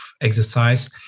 exercise